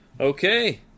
okay